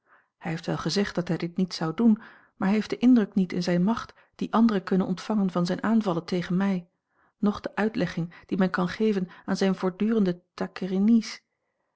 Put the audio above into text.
hij heeft wel gezegd dat hij dit niet zou doen maar hij heeft den indruk niet in zijne macht dien anderen kunnen ontvangen van zijne aanvallen tegen mij noch de uitlegging die men kan geven aan zijne voortdurende taquirenies